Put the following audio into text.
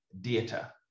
data